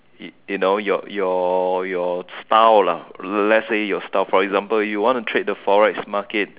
you know your your your style lah let's say your style for example you want to trade the Forex market